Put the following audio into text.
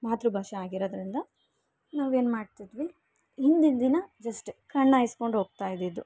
ಮಾತೃಭಾಷೆ ಆಗಿರೊದರಿಂದ ನಾವು ಏನುಮಾಡ್ತಿದ್ವಿ ಹಿಂದಿನ ದಿನ ಜಸ್ಟ್ ಕಣ್ಣಾಯಿಸ್ಕೊಂಡ್ ಹೋಗ್ತಾಯಿದಿದ್ದು